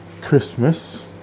christmas